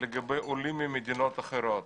לגבי עולים ממדינות אחרות.